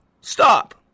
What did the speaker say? Stop